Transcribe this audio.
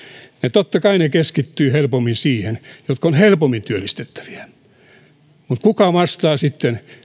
totta kai keskittyvät helpommin niihin jotka ovat helpommin työllistettäviä mutta kuka vastaa sitten